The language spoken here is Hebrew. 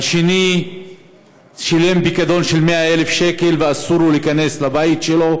השני שילם פיקדון של 100,000 שקל ואסור לו להיכנס לבית שלו,